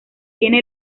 tiene